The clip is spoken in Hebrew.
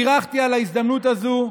בירכתי על ההזדמנות הזו.